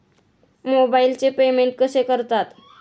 मोबाइलचे पेमेंट कसे करतात?